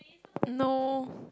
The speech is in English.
no